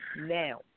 now